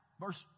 verse